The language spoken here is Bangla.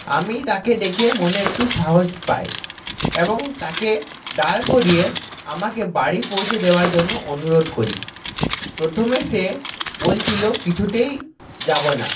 আমি তাকে দেখে মনে একটু সাহস পাই এবং তাকে দাঁড় করিয়ে আমাকে বাড়ি পৌঁছে দেওয়ার জন্য অনুরোধ করি প্রথমে সে বলছিল কিছুতেই যাব না